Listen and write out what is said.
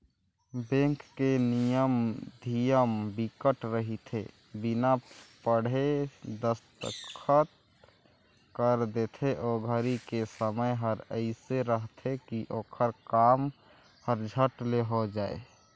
bank के नियम धियम बिकट रहिथे बिना पढ़े दस्खत कर देथे ओ घरी के समय हर एइसे रहथे की ओखर काम हर झट ले हो जाये